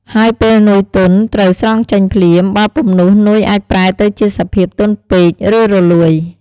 ហើយពេលនុយទន់ត្រូវស្រង់ចេញភ្លាម បើពុំនោះនុយអាចប្រែទៅជាសភាពទន់ពេក ឬរលួយ។